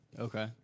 Okay